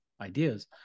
ideas